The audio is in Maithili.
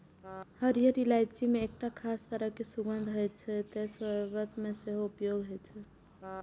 हरियर इलायची मे एकटा खास तरह सुगंध होइ छै, तें शर्बत मे सेहो उपयोग होइ छै